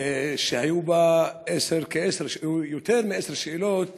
שהיו בה יותר מעשר שאלות